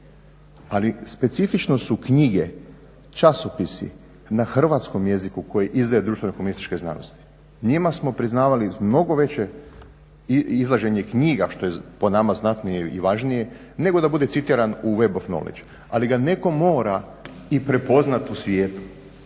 Ali specifično su knjige, časopisi na hrvatskom jeziku koje izdaje društveno komunističke znanosti, njima smo priznavali mnogo veće izlaženje knjiga što je po nama znatnije i važnije nego da bude citiran u web-ov norwich ali ga netko mora i prepoznat u svijetu.